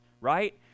right